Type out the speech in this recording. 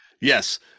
yes